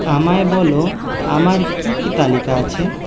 আমায় বলো আমার কী কী তালিকা আছে